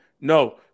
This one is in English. No